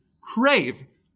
crave